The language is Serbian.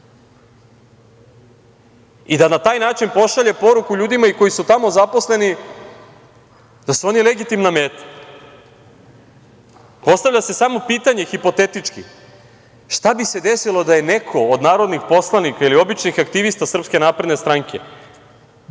i da na taj način pošalje poruku ljudima i koji su tamo zaposleni da su oni legitimna meta? Postavlja se samo pitanje, hipotetički, šta bi se desilo da je neko od narodnih poslanika ili običnih aktivista SNS deset